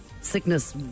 sickness